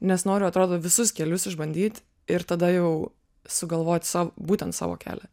nes noriu atrodo visus kelius išbandyt ir tada jau sugalvot sa būtent savo kelią